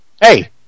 Hey